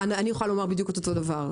אני אוכל לומר בדיוק את אותו דבר,